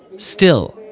still,